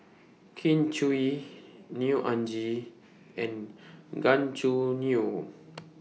Kin Chui Neo Anngee and Gan Choo Neo